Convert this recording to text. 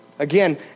Again